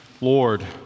Lord